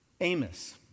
Amos